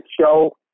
show